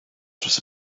dros